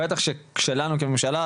בטח שלנו כממשלה,